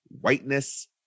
whiteness